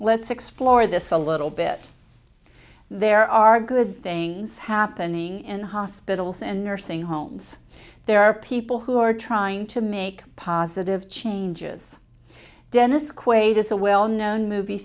let's explore this a little bit there are good things happening in hospitals and nursing homes there are people who are trying to make positive changes dennis quaid is a well